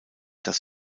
das